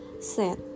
set